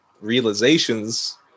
realizations